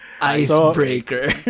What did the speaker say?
Icebreaker